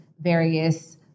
various